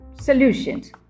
solutions